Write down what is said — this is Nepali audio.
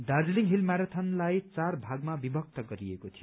दार्जीलिङ हिल म्याराथनलाई चार भागमा विभक्त गरिएको थियो